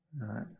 right